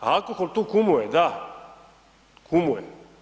A alkohol tu kumuje, da, kumuje.